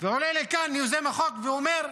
ועולה לכאן יוזם החוק ואומר: